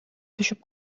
түшүп